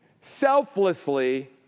selflessly